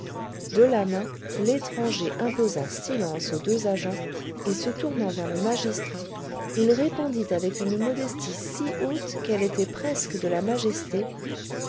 de la main l'étranger imposa silence aux deux agents et se tournant vers le magistrat il répondit avec une modestie si haute qu'elle était presque de la majesté